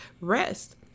rest